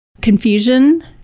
confusion